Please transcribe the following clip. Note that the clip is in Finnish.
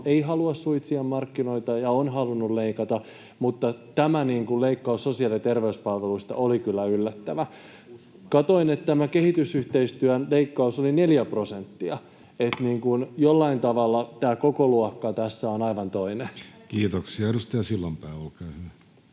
ei halua suitsia markkinoita ja on halunnut leikata, mutta tämä leikkaus sosiaali‑ ja terveyspalveluista oli kyllä yllättävä. Katsoin, että kehitysyhteistyön leikkaus oli neljä prosenttia. Jollain tavalla tämä kokoluokka tässä on aivan toinen. Kiitoksia. — Edustaja Sillanpää, olkaa hyvä.